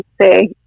say